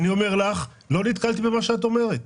ולא נתקלתי במה שאת אומרת.